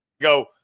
go